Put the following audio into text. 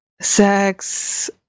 sex